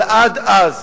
אבל עד אז,